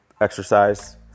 exercise